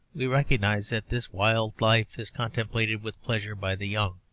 we recognise that this wild life is contemplated with pleasure by the young,